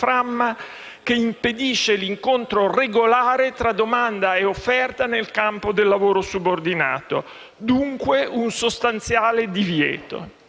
che impedisce l'incontro regolare tra domanda e offerta nel campo del lavoro subordinato. Dunque, un sostanziale divieto.